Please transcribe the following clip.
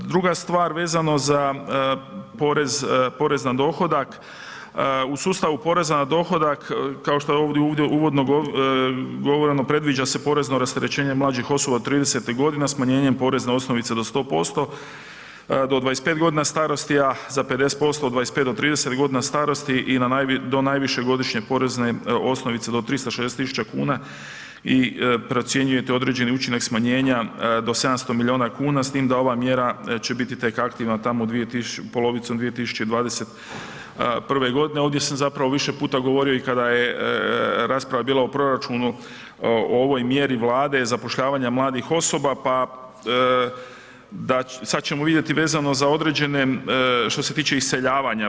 Druga stvar vezano za porez na dohodak, u sustavu poreza na dohodak, kao što je ovdje uvodno govoreno, predviđa se porezno rasterećenje mlađih osoba od 30-e godina smanjenjem porezne osnovice do 100%, do 25 godina starosti, a za 50% od 25 do 30 godina starosti i do najviše godišnje porezne osnovice do 360 tisuća kuna i procjenjujete određeni učinak smanjenja do 700 milijuna kuna, s tim da ova mjera će biti tek aktivna tamo polovicom 2021. g. Ovdje sam zapravo više puta govorio i kada je rasprava bila o proračunu o ovoj mjeri Vlade, zapošljavanja mladih osoba pa, sad ćemo vidjeti vezano za određene, što se tiče iseljavanja.